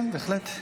כן, בהחלט.